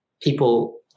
people